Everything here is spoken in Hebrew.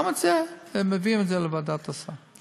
גם את זה, מביאים את זה לוועדת הסל.